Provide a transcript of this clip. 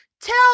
tell